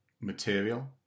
material